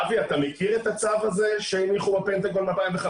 אבי, אתה מכיר את הצו הזה שהניחו בפנטגון מ-2015?